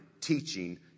teaching